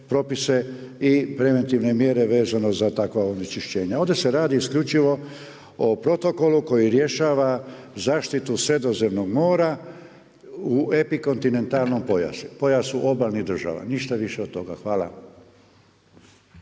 propise i preventivne mjere vezano za takva onečišćenja. Ovdje se radi isključivo o protokolu koji rješava zaštitu Sredozemnog mora u epikontinentalnom pojasu, pojasu obalnih država. Ništa više od toga. Hvala.